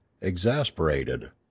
exasperated